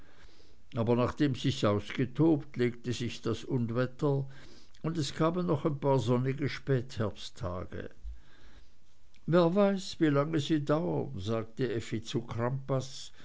aber nachdem sich's ausgetobt legte sich das unwetter und es kamen noch ein paar sonnige spätherbsttage wer weiß wie lange sie dauern sagte effi zu crampas